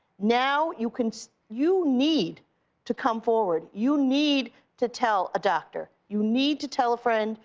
now, you can you need to come forward. you need to tell a doctor. you need to tell a friend.